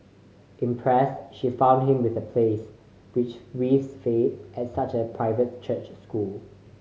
impressed she found him with a place which with waived fee at a private church school